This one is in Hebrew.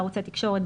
בערוצי התקשורת,